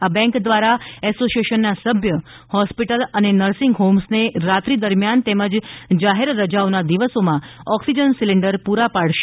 આ બેંક દ્વારા એસોસિએશનના સભ્ય હોસ્પિટલ અને નર્સિંગ હોમ્સને રાત્રી દરમિયાન તેમજ જાહેર રજાઓના દિવસોમાં ઓક્સિજન સિલેન્ડર પૂરા પાડવામાં આવશે